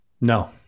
No